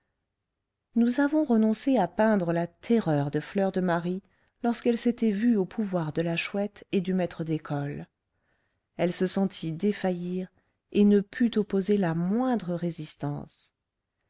nous avons renoncé à peindre la terreur de fleur de marie lorsqu'elle s'était vue au pouvoir de la chouette et du maître d'école elle se sentit défaillir et ne put opposer la moindre résistance